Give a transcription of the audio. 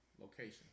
location